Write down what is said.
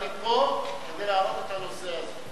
אני פה כדי להעלות את הנושא הזה.